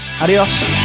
Adios